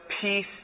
peace